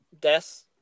death